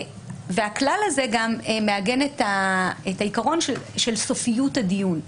הכלל הזה מעגן את העיקרון של סופיות הדיון.